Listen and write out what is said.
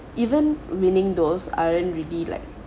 even winning those aren't really like